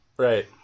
Right